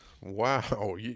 Wow